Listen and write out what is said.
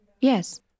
Yes